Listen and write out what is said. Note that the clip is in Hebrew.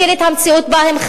מכיר את המציאות שבה הם חיים,